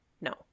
no